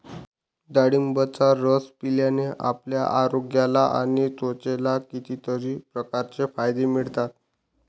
डाळिंबाचा रस पिल्याने आपल्या आरोग्याला आणि त्वचेला कितीतरी प्रकारचे फायदे मिळतात